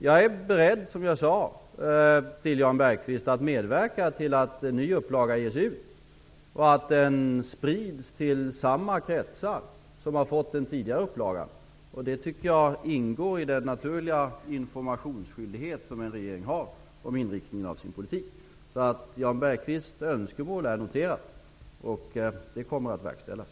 Jag är, som jag sade till Jan Bergqvist, beredd att medverka till att en ny upplaga ges ut, och att den sprids till samma kretsar som har fått den tidigare upplagan. Det tycker jag ingår i den naturliga informationsskyldighet som en regering har om inriktningen av sin politik. Jan Bergqvists önskemål är noterat, och det kommer att verkställas.